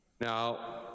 Now